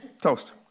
toast